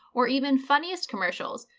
or even funniest commercials,